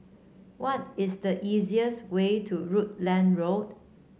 what is the easiest way to Rutland Road